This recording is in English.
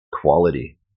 quality